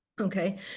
Okay